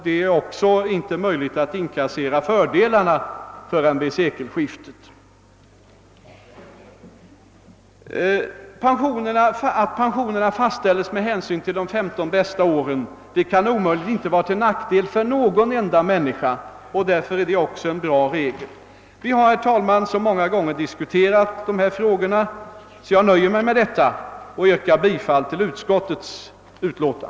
Det är inte heller möjligt att inkassera fördelarna förrän vid sekelskiftet. Det förhållandet att pensionerna fastställs med hänsyn till de 15 bästa åren kan omöjligen vara till nackdel för någon enda människa, och detta är därför en bra regel. Vi har, herr talman, diskuterat dessa frågor vid så många tillfällen, att jag kan nöja mig med att nu yrka bifall till utskottets hemställan.